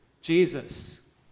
Jesus